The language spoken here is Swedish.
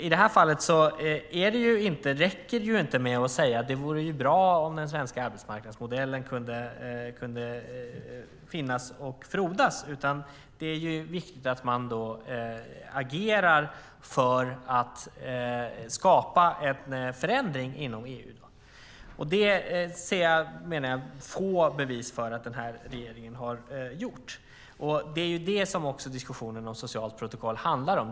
I det här fallet räcker det inte med att säga att det vore bra om den svenska arbetsmarknadsmodellen kunde finnas och frodas, utan det är viktigt att man agerar för att skapa en förändring inom EU. Det ser jag få bevis för att den här regeringen har gjort, och det är det diskussionen om socialt protokoll handlar om.